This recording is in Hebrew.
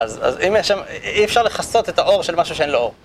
אז, אז אם יש שם... אי אפשר לכסות את האור של משהו שאין לו אור.